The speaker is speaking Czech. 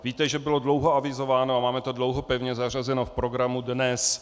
Víte, že bylo dlouho avizováno a máme to dlouho pevně zařazeno v programu dnes.